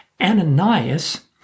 Ananias